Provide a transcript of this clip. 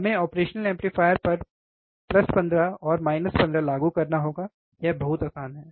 हमें operational amplifier पर 15 15 लागू करना होगा यह बहुत आसान है